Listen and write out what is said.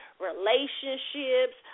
relationships